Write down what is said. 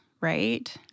right